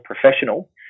professional